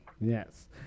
Yes